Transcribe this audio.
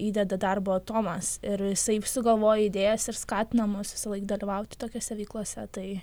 įdeda darbo tomas ir jisai sugalvoja idėjas ir skatina mus visąlaik dalyvaut tokiose veiklose tai